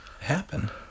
happen